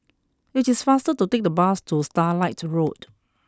it is faster to take the bus to Starlight Road